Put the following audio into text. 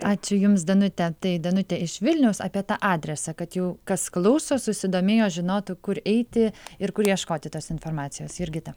ačiū jums danute tai danutė iš vilniaus apie tą adresą kad jau kas klauso susidomėjo žinotų kur eiti ir kur ieškoti tos informacijos jurgita